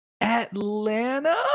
Atlanta